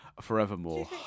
Forevermore